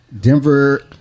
Denver